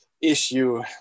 issue